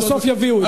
בסוף יביאו את זה.